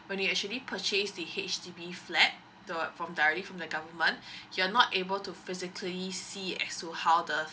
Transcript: when we actually purchase the H_D_B flat the from directly from the government you're not able to physically see as to how the